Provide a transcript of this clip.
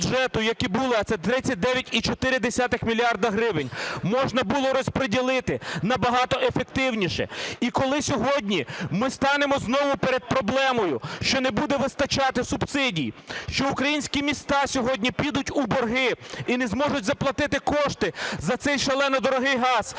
були, а це 39,4 мільярда гривень, можна було розподілити набагато ефективніше. І коли сьогодні ми станемо знову перед проблемою, що не буде вистачати субсидій, що українські міста сьогодні підуть у борги і не зможуть заплатити кошти за цей шалено дорогий газ,